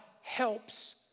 helps